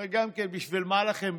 הרי גם כן, בשביל מה לכם?